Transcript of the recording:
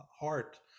heart